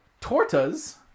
tortas